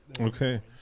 Okay